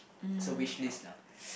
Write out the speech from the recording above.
so wish list lah